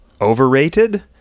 overrated